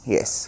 Yes